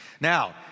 Now